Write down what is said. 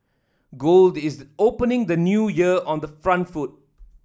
gold is opening the New Year on the front foot